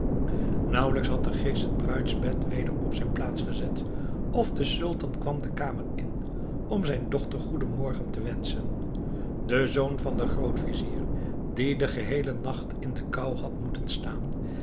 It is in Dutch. nauwelijks had de geest het bruidsbed weder op zijn plaats gezet of de sultan kwam de kamer in om zijn dochter goeden morgen te wenschen de zoon van den grootvizier die den heelen nacht in de kou had moeten staan